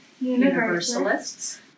Universalists